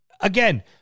Again